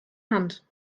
hand